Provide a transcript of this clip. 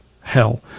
hell